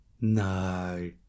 No